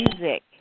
music